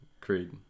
Creed